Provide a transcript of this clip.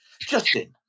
Justin